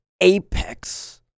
Apex